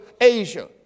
Asia